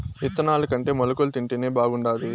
ఇత్తనాలుకంటే మొలకలు తింటేనే బాగుండాది